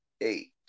eight